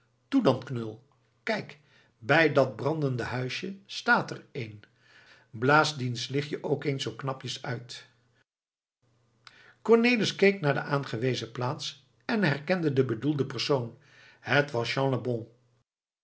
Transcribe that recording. knul kijk bij dat brandende huisje staat er een blaas diens lichtje ook eens zoo knapjes uit cornelis keek naar de aangewezen plaats en herkende den bedoelden persoon het was jean lebon